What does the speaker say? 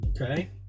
okay